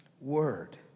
word